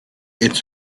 its